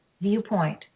viewpoint